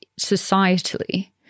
societally